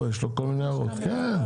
יש לו כל מיני הערות, כן.